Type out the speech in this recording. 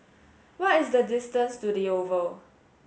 what is the distance to The Oval